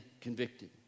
convicted